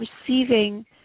receiving